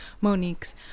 Monique's